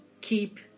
keep